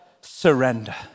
surrender